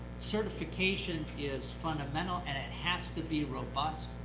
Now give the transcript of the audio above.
certification is fundamental, and it has to be robust.